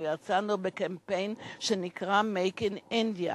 ויצאנו בקמפיין שנקרא "Make in India".